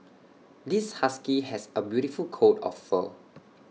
this husky has A beautiful coat of fur